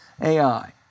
AI